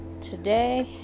Today